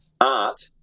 art